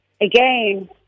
Again